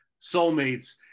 soulmates